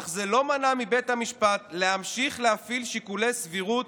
אך זה לא מנע מבית המשפט להמשיך להפעיל שיקולי סבירות